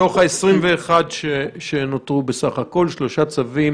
מתוך ה-21 שנותרו בסך-הכול שלושה צווים